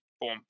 boom